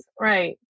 Right